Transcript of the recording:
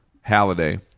Halliday